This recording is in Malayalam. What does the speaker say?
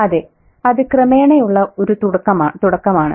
അതെ അത് ക്രമേണയുള്ള ഒരു തുടക്കമാണ്